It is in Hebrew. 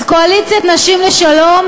אז "קואליציית נשים לשלום"